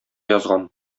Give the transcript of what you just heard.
язган